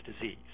disease